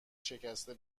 شکسته